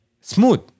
smooth